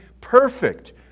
perfect